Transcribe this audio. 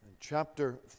Chapter